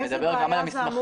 אני מדבר גם על המסמכים.